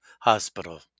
hospital